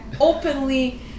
openly